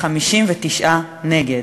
59 נגד.